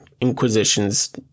Inquisitions